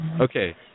okay